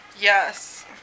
yes